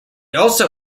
also